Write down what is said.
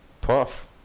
Puff